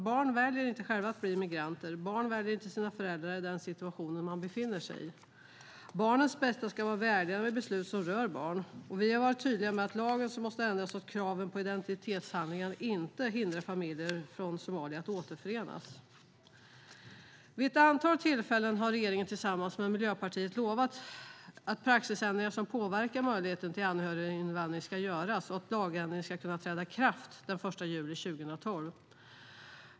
Barn väljer inte själva att bli migranter. Barn väljer inte sina föräldrar eller den situation de befinner sig i. Barnets bästa ska vara vägledande vid beslut som rör barn. Vi har varit tydliga med att lagen måste ändras så att kraven på identitetshandlingar inte hindrar familjer från Somalia att återförenas. Vid ett antal tillfällen har regeringen tillsammans med Miljöpartiet lovat att praxisändringar som påverkar möjligheten till anhöriginvandring ska göras och att lagändringen ska kunna träda i kraft den 1 juli 2012.